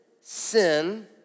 sin